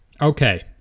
Okay